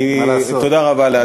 מה לעשות, תודה רבה לאדוני.